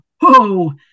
Whoa